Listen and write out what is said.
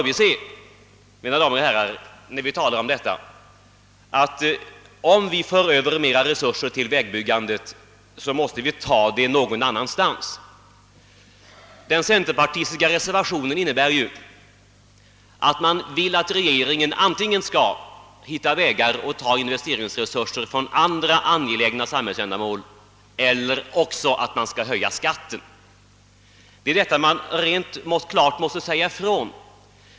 Men, mina damer och herrar, vi skall inte bortse ifrån att de större resurser som man för över till vägbyggandet måste tas från andra håll. Den centerpartireservation som avgivits vid denna punkt innebär att regeringen antingen skall ta pengarna från anslagen till andra samhällsändamål eller också höja skatten. Den saken måste klart sägas ut.